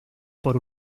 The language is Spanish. por